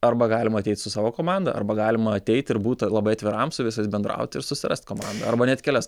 arba galima ateit su savo komanda arba galima ateiti ir būt labai atviram su visais bendraut ir susirast komandą arba net kelias